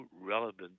relevant